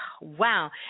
wow